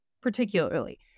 particularly